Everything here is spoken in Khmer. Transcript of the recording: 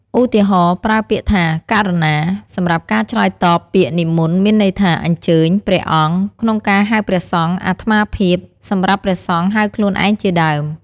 ឧទាហរណ៍ ប្រើពាក្យថា "ករុណា" សម្រាប់ការឆ្លើយតប ពាក្យ"និមន្ត" មានន័យថា អញ្ជើញ "ព្រះអង្គ" ក្នុងការហៅព្រះសង្ឃ "អាត្មាភាព" សម្រាប់ព្រះសង្ឃហៅខ្លួនឯង ជាដើម។